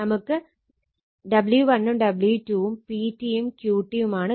നമുക്ക് W1 ഉം W2 ഉം PT യും QT യുമാണ്